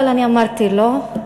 אבל אני אמרתי: לא,